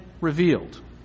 revealed